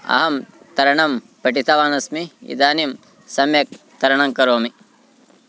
अहं तरणं पठितवानस्मि इदानीं सम्यक् तरणं करोमि